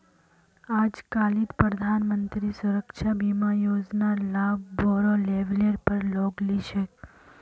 आजकालित प्रधानमंत्री सुरक्षा बीमा योजनार लाभ बोरो लेवलेर पर लोग ली छेक